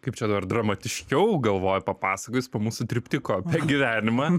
kaip čia dar dramatiškiau galvoju papasakojus apie mūsų triptiko gyvenimą